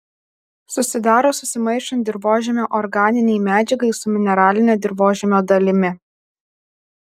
susidaro susimaišant dirvožemio organinei medžiagai su mineraline dirvožemio dalimi